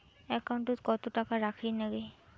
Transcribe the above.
একাউন্টত কত টাকা রাখীর নাগে?